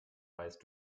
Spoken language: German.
weißt